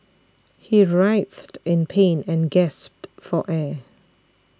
he writhed in pain and gasped for air